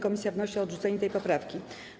Komisja wnosi o odrzucenie tej poprawki.